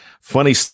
Funny